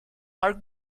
are